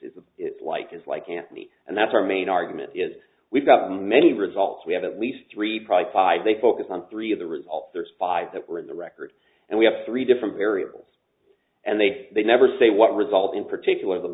is like is like anthony and that's our main argument is we've got many results we have at least three probably five they focus on three of the results there's five that were in the record and we have three different variables and they never say what result in particular the